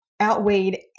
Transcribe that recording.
outweighed